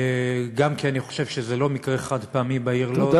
גם כי אני חושב שזה לא מקרה חד-פעמי בעיר לוד,